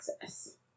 access